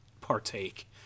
partake